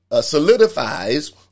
solidifies